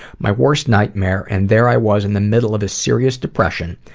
my worst nightmare and there i was in the middle of a serious depression,